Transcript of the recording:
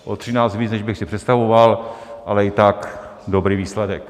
O 13 víc, než bych si představoval, ale i tak dobrý výsledek!